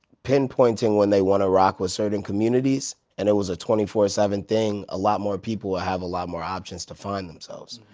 pinpointing when they want to rock with certain communities and it was a twenty four seven thing, a lot more people would ah have a lot more options to find themselves.